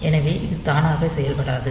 எனவே இது தானாக செயல்படாது